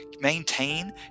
maintain